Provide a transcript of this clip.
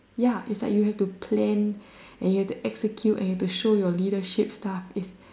ya it's like you have to plan and you have to execute and you have to show leadership stuff it's